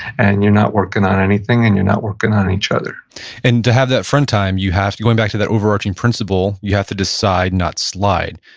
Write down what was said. and you're not working on anything, and you're not working on each other and to have that friend time, you have, going back to that overarching principle, you have to decide not slide,